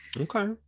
Okay